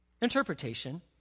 interpretation